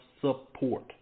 support